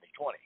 2020